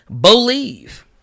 believe